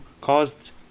caused